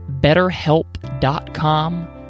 betterhelp.com